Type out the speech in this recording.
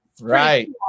Right